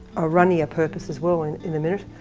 a runnier purpose as well in in a minute,